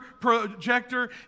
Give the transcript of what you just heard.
projector